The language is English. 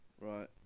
right